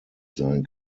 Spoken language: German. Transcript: sein